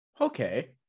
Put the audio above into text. Okay